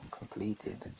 completed